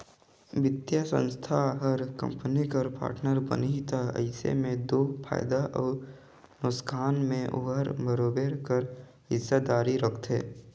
बित्तीय संस्था हर कंपनी कर पार्टनर बनही ता अइसे में दो फयदा अउ नोसकान में ओहर बरोबेर कर हिस्सादारी रखथे